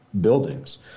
buildings